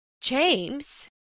James